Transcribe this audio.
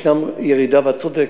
יש ירידה, את צודקת,